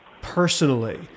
personally